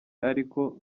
ariko